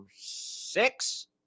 six